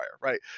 right